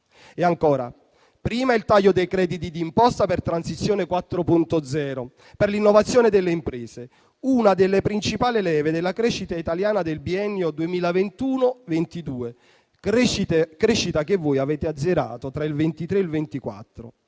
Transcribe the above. E ancora, prima il taglio dei crediti di imposta per Transizione 4.0 per l'innovazione delle imprese, una delle principali leve della crescita italiana del biennio 2021-2022, crescita che voi avete azzerato tra il 2023 e il 2024;